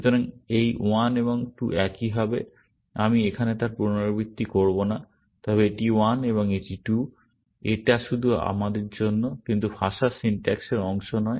সুতরাং এই 1 এবং 2 একই হবে আমি এখানে তার পুনরাবৃত্তি করব না তবে এটি 1 এবং এটি 2 এটা শুধু আমাদের জন্য কিন্তু ভাষার সিনট্যাক্সের অংশ নয়